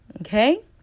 Okay